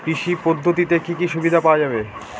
কৃষি পদ্ধতিতে কি কি সুবিধা পাওয়া যাবে?